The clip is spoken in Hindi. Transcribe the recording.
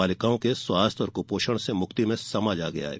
बालिकाओं के स्वास्थ्य और कुपोषण से मुक्ति में समाज आगे आये